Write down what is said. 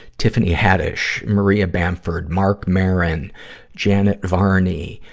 tiffany haddish, maria bamford, marc maron, janet varney,